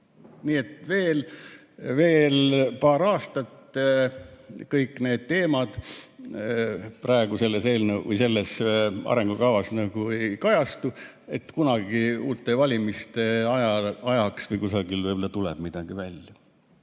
Nii et veel paar aastat. Kõik need teemad praegu selles arengukavas nagu ei kajastu, uute valimiste ajaks või kunagi võib-olla tuleb midagi välja.